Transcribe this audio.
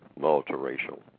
multiracial